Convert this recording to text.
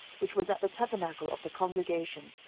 which was at the tabernacle of the congregation,